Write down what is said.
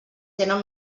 tenen